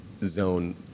zone